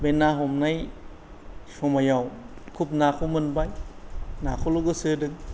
बे ना हमनाय समायाव खुब नाखौ मोनबाय नाखौल' गोसो होदों